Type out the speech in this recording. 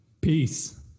Peace